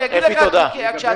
אני רוצה